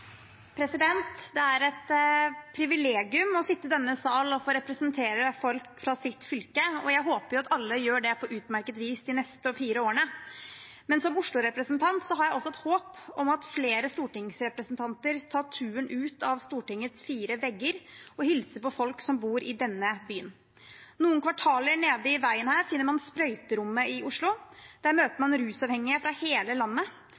Det er et privilegium å sitte i denne sal og få representere folk fra ens eget fylke, og jeg håper at alle gjør det på utmerket vis de neste fire årene. Men som Oslo-representant har jeg også et håp om at flere stortingsrepresentanter tar turen utenfor Stortingets fire vegger og hilser på folk som bor i denne byen. Noen kvartaler nede i veien finner man sprøyterommet i Oslo. Der møter man rusavhengige fra hele landet,